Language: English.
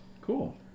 Cool